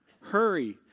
Hurry